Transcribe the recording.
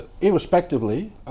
irrespectively